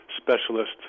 specialist